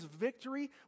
victory